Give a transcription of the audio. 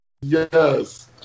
Yes